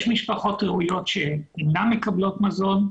יש משפחות ראויות שאינן מקבלות מזון,